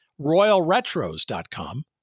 RoyalRetros.com